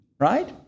Right